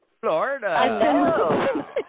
Florida